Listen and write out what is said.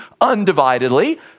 undividedly